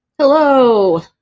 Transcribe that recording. Hello